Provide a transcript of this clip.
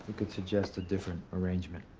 we could suggest a different arrangement.